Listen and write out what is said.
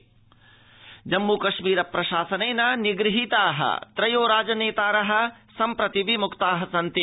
जम्मू कश्मीरम् जम्मु कश्मीर प्रशासनेन निगृहीता त्रयो राजनेतार सम्प्रति विमृक्ता सन्ति